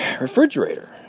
refrigerator